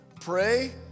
Pray